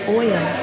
oil